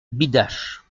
bidache